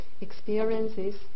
experiences